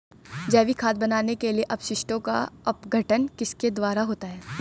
जैविक खाद बनाने के लिए अपशिष्टों का अपघटन किसके द्वारा होता है?